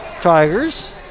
tigers